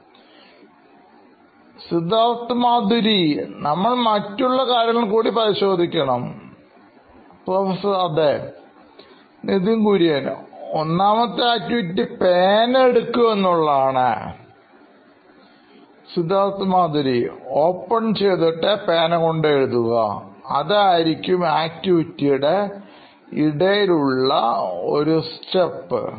Siddharth Maturi CEO Knoin Electronics നമ്മൾ മറ്റുള്ള കാര്യങ്ങൾകൂടി പരിശോധിക്കണം Professor അതെ Nithin Kurian COO Knoin Electronics ഒന്നാമത്തെ ആക്ടിവിറ്റി പേന എടുക്കുക എന്നുള്ളതാണ് Siddharth Maturi CEO Knoin Electronics open ചെയ്തിട്ട് പേനകൊണ്ട് എഴുതുക അതായിരിക്കും ആക്ടിവിറ്റിയുടെ ഇടയിലുള്ള അടുത്ത സ്റ്റെപ്പ്